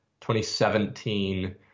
2017